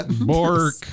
Bork